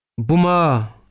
buma